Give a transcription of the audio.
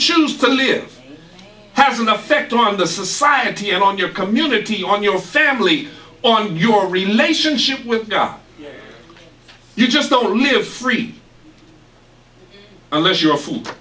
choose to live has an effect on the society and on your community on your family or on your relationship with god you just don't live free unless you're a foo